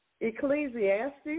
Ecclesiastes